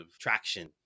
traction